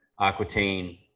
Aquitaine